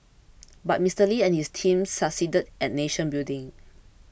but Mister Lee and his team succeeded at nation building